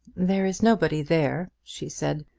there is nobody there, she said,